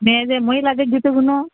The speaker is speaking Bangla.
মেয়েদের মহিলাদের জুতোগুলো